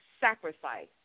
sacrifice